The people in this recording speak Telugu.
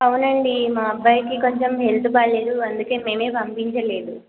అవునండి మా అబ్బాయికి కొంచెం హెల్త్ బాలేదు అందుకని మేము పంపించలేదు